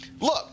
Look